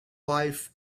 life